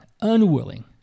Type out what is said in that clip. unwilling